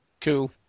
Cool